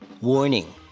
Warning